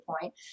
point